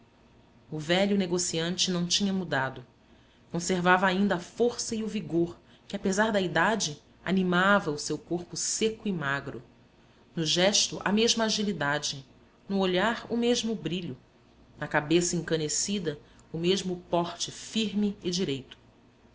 o velho negociante não tinha mudado conservava ainda a força e o vigor que apesar da idade animava o seu corpo seco e magro no gesto a mesma agilidade no olhar o mesmo brilho na cabeça encanecida o mesmo porte firme e direito